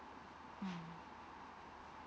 mm